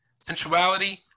Sensuality